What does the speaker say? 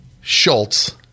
Schultz